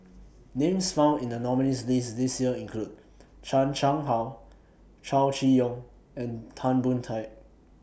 Names found in The nominees' list This Year include Chan Chang How Chow Chee Yong and Tan Boon Teik